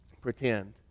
pretend